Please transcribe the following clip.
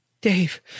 Dave